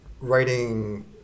writing